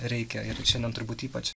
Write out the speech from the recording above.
reikia ir šiandien turbūt ypač